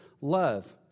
love